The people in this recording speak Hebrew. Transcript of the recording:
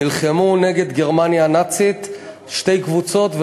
נלחמו נגד גרמניה הנאצית שתי קבוצות,